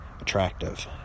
Attractive